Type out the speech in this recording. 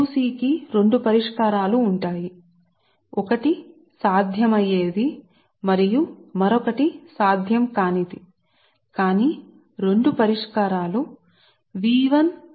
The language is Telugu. Q c కి రెండు పరిష్కారాలు ఉంటాయి ఒకటి సాధ్యమయ్యేది మరియు మరొకటి సాధ్యం కానిది కానీ పరిష్కారాలు రెండూ P మరియుQ లతో కూడియున్న ఫంక్షన్